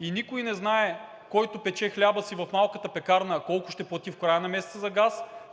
и никой не знае, който пече хляба си в малката пекарна, колко ще плати в края на месеца за газ,